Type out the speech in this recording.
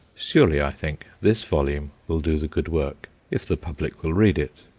surely, i think, this volume will do the good work if the public will read it.